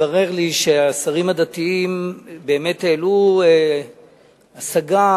והתברר לי שהשרים הדתיים באמת העלו השגה,